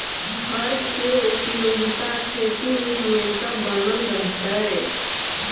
हर के उपयोगिता खेती में हमेशा बनल रहतइ